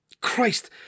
Christ